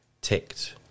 ticked